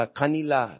kanila